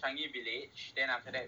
changi village then after that